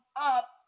up